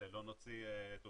לא נוציא את הפלסטיקים האלה?